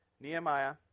Nehemiah